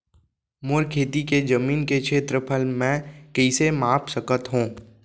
मोर खेती के जमीन के क्षेत्रफल मैं कइसे माप सकत हो?